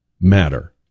matter